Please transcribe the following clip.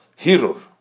Hirur